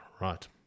right